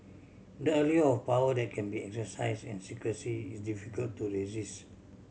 the allure of power that can be exercise in secrecy is difficult to resist